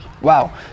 Wow